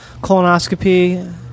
colonoscopy